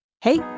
Hey